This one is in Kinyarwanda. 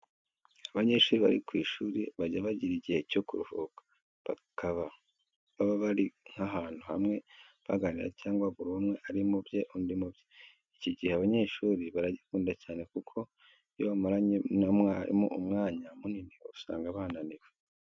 Abanyeshuri bari ku ishuri bajya bagira igihe cyo kuruhuka, bakaba baba bari nk'ahantu hamwe baganira cyangwa buri umwe ari mu bye undi mu bye. Iki gihe abanyeshuri baragikunda cyane kuko iyo bamaranye n'umwarimu umwanya munini usanga bananiwe.